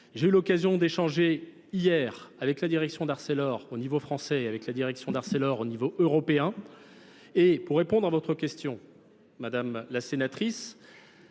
J'ai eu l'occasion d'échanger hier avec la direction d'Arcelor au niveau français et avec la direction d'Arcelor au niveau européen. Et pour répondre à votre question, Madame la Sénatrice,